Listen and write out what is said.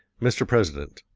mr. president,